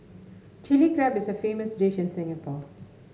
Chilli Crab is famous dish in Singapore